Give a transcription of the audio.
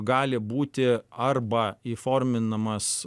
gali būti arba įforminamas